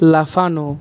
লাফানো